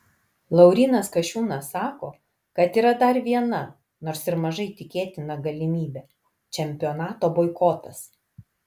laurynas kasčiūnas sako kad yra dar viena nors ir mažai tikėtina galimybė čempionato boikotas